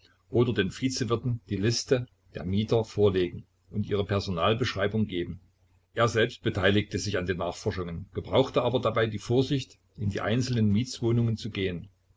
oder den vizewirten die liste der mieter vorlegen und ihre personalbeschreibung geben er selbst beteiligte sich an den nachforschungen gebrauchte aber dabei die vorsicht in die einzelnen mietswohnungen zu gehen